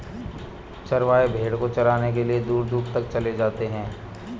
चरवाहे भेड़ को चराने के लिए दूर दूर तक चले जाते हैं